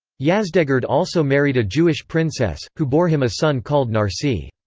yazdegerd also married a jewish princess, who bore him a son called narsi.